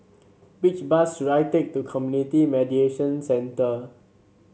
which bus should I take to Community Mediation Center